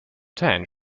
tan